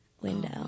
window